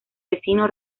vecino